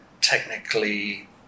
technically